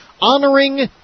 honoring